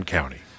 County